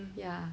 ya